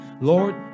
Lord